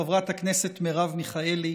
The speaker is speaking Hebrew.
חברת הכנסת מרב מיכאלי,